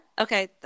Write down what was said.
Okay